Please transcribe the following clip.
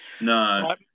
No